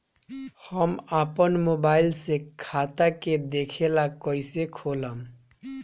हम आपन मोबाइल से खाता के देखेला कइसे खोलम?